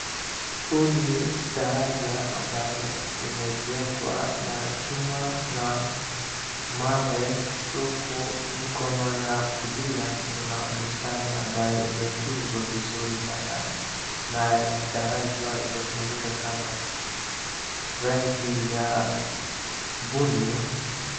Huu ni daraja ambaye imejengwa na chuma na mawe huku mkono ya kulia kuna bustani ambaye imetunzwa vizuri sana na daraja imetumika kama rangi ya buni .